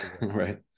right